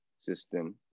system